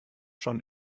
schon